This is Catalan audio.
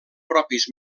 propis